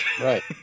Right